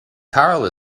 karl